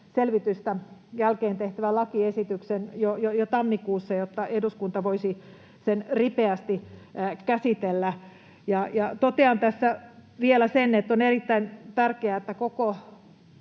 selvityksen jälkeen tehtävän lakiesityksen jo tammikuussa, jotta eduskunta voisi sen ripeästi käsitellä. Totean tässä vielä sen, että on erittäin tärkeää, että koko